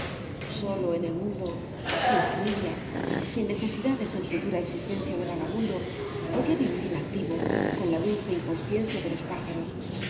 bolo en el mundo sin familia sin necesidades en bu dura exlgteneia de vagabundo podía vivir inactivo con la dulce inconsciencia de los pájaros